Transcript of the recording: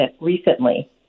recently